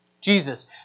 Jesus